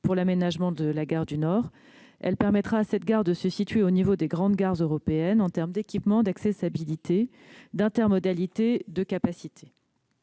pour l'aménagement de la gare du Nord. Elle permettra à celle-ci de se situer au niveau des autres grandes gares européennes en termes tant d'équipements, d'accessibilité et d'intermodalité que de capacité.